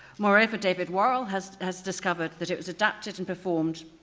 moreover david worrall has has discovered that it was adapted and performed